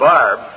Barb